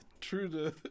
true